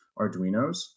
Arduinos